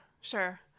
sure